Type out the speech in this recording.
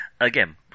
Again